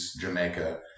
Jamaica